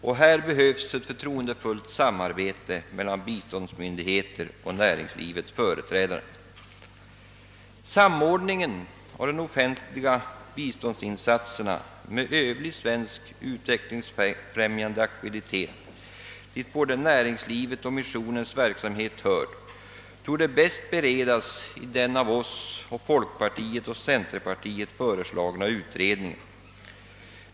Härvidlag behövs ett förtroendefullt samarbete mellan biståndsmyndigheterna och näringslivets företrädare. Samordningen av de offentliga biståndsinsatserna med övrig svensk utvecklingsfrämjande aktivitet, till vilken både näringslivets och missionens verksamhet hör, torde bäst beredas i den av oss, folkpartiet och centerpartiet föreslagna utredningen.